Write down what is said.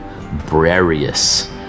Brarius